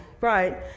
right